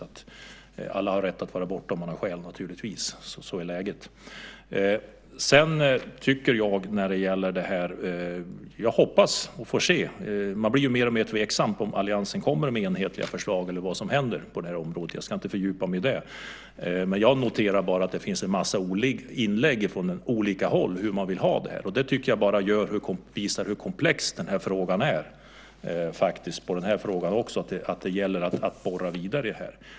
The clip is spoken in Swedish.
Alla har rätt att vara borta om de har skäl för det. Så är läget. Man blir ju mer och mer tveksam om huruvida alliansen kommer med enhetliga förslag eller vad som händer på detta område, men jag hoppas det. Jag ska inte fördjupa mig i det. Men jag noterar att det finns en massa inlägg från olika håll om hur man vill ha detta. Det tycker jag bara visar hur komplex denna fråga är. Och det gäller att borra vidare i detta.